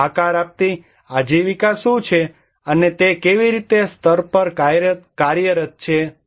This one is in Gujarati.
અને આકાર આપતી આજીવિકા શું છે અને તે કેવી રીતે સ્તરો પર કાર્યરત છે